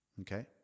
Okay